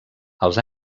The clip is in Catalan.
els